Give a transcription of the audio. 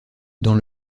dans